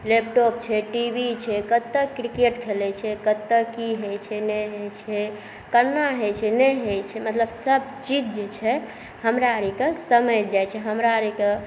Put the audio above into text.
laptop छै T V छै कतऽ किरकेट खेलै छै कतऽ की होइ छै नहि होइ छै कोना होइ छै नहि होइ छै मतलब सब चीज जे छै हमरा आरके समझि जाइ छै हमरा आरके